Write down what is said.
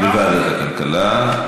לוועדת הכלכלה.